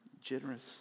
generous